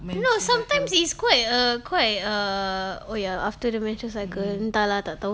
no sometimes it's quite uh quite err oh ya after the menstrual cycle entah lah tak tahu